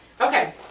Okay